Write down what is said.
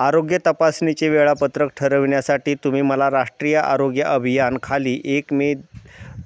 आरोग्य तपासणीचे वेळापत्रक ठरविण्यासाठी तुम्ही मला राष्ट्रीय आरोग्य अभियानखाली एक मे